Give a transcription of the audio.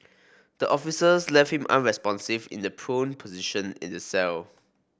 the officers left him unresponsive in the prone position in the cell